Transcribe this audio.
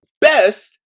best